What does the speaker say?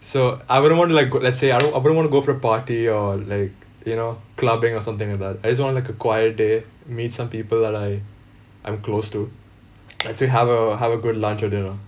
so I wouldn't want to like go let's say I don't I wouldn't want to go for a party or like you know clubbing or something like that I just want like a quiet day meet some people that I I'm close to to have a have a good lunch or dinner